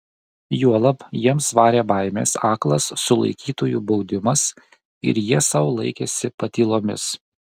juolab jiems varė baimės aklas sulaikytųjų baudimas ir jie sau laikėsi patylomis